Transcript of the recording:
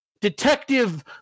detective